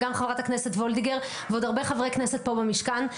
גם חברת הכנסת וולדיגר ועוד הרבה חברי כנסת פה במשכן,